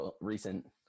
recent